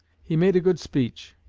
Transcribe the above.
he made a good speech,